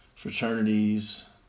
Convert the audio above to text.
fraternities